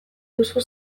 duzu